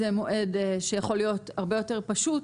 זה מועד שיכול להיות הרבה יותר פשוט